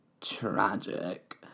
tragic